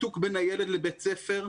בין הילד לבית ספר,